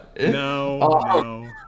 No